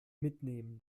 mitnehmen